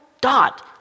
dot